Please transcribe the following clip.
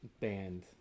band